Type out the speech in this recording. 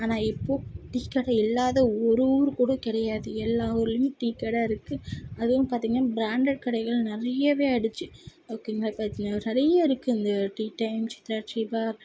ஆனால் இப்போது டீ கடை இல்லாத ஒரு ஊர் கூட கிடையாது எல்லா ஊர்லேயும் டீ கடை இருக்குது அதுவும் பார்த்தீங்கன்னா பிராண்டட் கடைகள் நிறையவே ஆகிடுச்சி ஓகேங்களா இப்போ நிறைய இருக்குது இந்த டீ டைம் சித்ரா சிவா